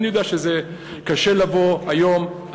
אני יודע שזה קשה לבוא היום,